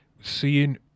seeing